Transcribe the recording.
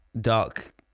dark